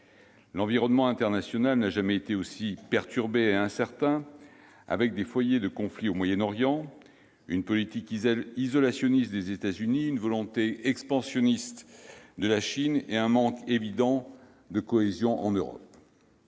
L'environnement international n'a jamais été aussi perturbé et incertain, avec des foyers de conflit au Moyen-Orient, une politique isolationniste des États-Unis, une volonté expansionniste de la Chine et un manque évident de cohésion en Europe.